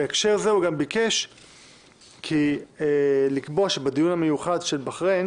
בהקשר זה הוא גם ביקש לקבוע שהדיון המיוחד על בחריין